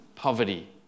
Poverty